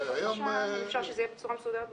אם אפשר שזה יהיה בצורה מסודרת בפרוטוקול.